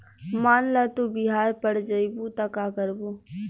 मान ल तू बिहार पड़ जइबू त का करबू